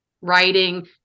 writing